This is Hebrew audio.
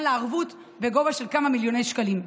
לה ערבות בגובה של כמה מיליוני שקלים.